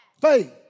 faith